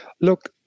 Look